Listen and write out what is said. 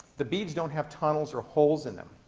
the beads don't have tunnels or holes in them.